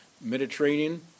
Mediterranean